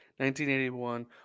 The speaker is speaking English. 1981